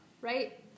Right